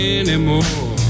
anymore